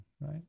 Right